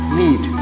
need